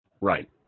Right